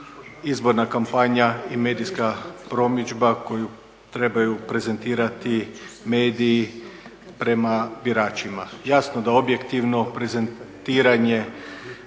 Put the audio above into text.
izborna kampanja i medijska promidžba koju trebaju prezentirati mediji prema biračima. Jasno da objektivno prezentiranje,